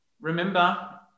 Remember